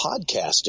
podcasting